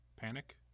panic